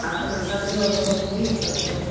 आपका इच्छा जो होगा वो खरीद सकते हैं